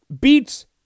beats